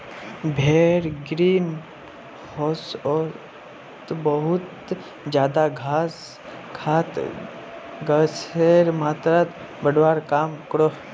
भेड़ ग्रीन होउसोत बहुत ज्यादा घास खाए गसेर मात्राक बढ़वार काम क्रोह